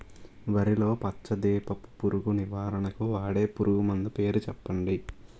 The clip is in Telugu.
వరిలో పచ్చ దీపపు పురుగు నివారణకు వాడే పురుగుమందు పేరు చెప్పండి?